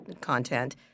content